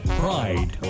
pride